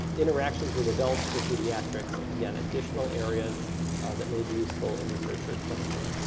interactions with adults for pediatrics, again, additional areas that may be useful in research or clinically.